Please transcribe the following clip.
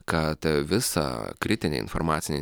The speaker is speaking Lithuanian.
kad visą kritinę informacinę